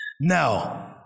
Now